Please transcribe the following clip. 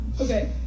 Okay